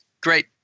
great